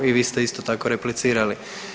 I vi ste isto tako replicirali.